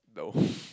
no